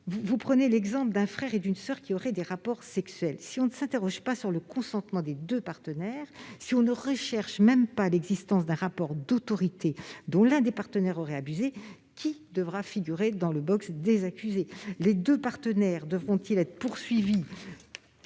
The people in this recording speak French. ? Prenez l'exemple d'un frère et d'une soeur qui auraient des rapports sexuels : si l'on ne s'interroge pas sur le consentement des deux partenaires, si l'on ne recherche pas l'existence d'un rapport d'autorité dont l'un des deux aurait abusé, qui devrait figurer dans le box des accusés ? Les deux partenaires devraient-ils être poursuivis